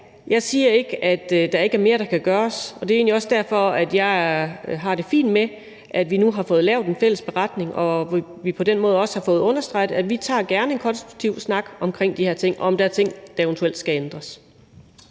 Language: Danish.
jeg siger ikke, at der ikke er mere, der kan gøres. Det er egentlig også derfor, at jeg har det fint med, at vi nu har fået lavet en fælles beretning, og at vi på den måde også har fået understreget, at vi gerne tager en konstruktiv snak om de her ting og ser på, om der er ting, der eventuelt skal ændres.